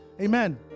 Amen